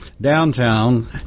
downtown